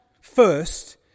first